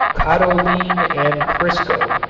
cottolene and crisco.